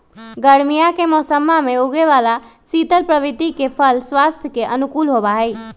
गर्मीया के मौसम्मा में उगे वाला शीतल प्रवृत्ति के फल स्वास्थ्य के अनुकूल होबा हई